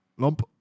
Lump